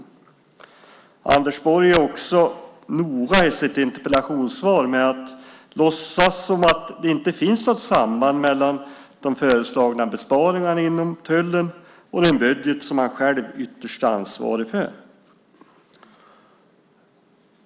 I sitt interpellationssvar är Anders Borg också noga med att låtsas som om det inte finns något samband mellan de föreslagna besparingarna inom tullen och den budget som han själv ytterst är ansvarig för.